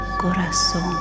corazón